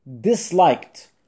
disliked